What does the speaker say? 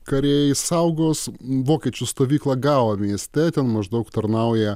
kariai saugos vokiečių stovyklą gao mieste ten maždaug tarnauja